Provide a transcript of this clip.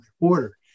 order